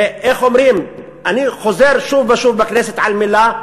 אני חוזר שוב ושוב בכנסת על מילה: